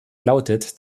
lautet